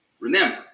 remember